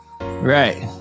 Right